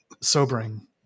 sobering